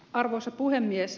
arvoisa puhemies